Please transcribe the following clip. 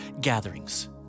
gatherings